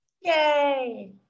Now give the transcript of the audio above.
Yay